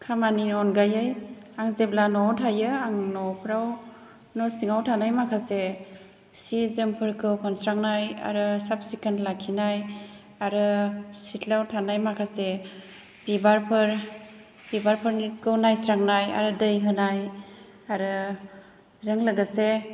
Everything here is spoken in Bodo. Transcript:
खामानिनि अनगायै आं जेब्ला न'आव थायो आं नफ्राव न' सिङाव थानाय माखासे सि जोमफोरखौ खनस्रांनाय आरो साब सिखोन लाखिनाय आरो सिथ्लायाव थानाय माखासे बिबारफोर बिबारफोरखौ नायस्रांनाय आरो दै होनाय आरो बेजों लोगोसे